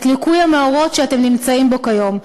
את ליקוי המאורות שאתם נמצאים בו כיום,